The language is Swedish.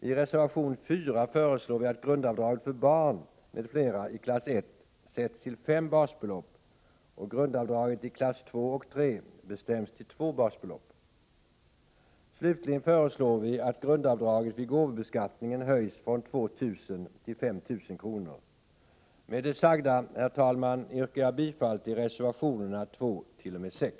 I reservation 4 föreslår vi att grundavdraget för barn m.fl. i klass I sätts till fem basbelopp och grundavdraget i klass II och III bestäms till två basbelopp. Slutligen föreslår vi att grundavdraget vid gåvobeskattningen höjs från 2 000 till 5 000 kr. Herr talman! Med det sagda yrkar jag bifall till reservationerna 2t.o.m. 6.